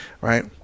right